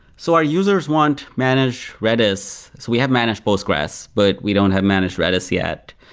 so our users want managed redis. we have managed postgresql, but we don't have managed redis yet.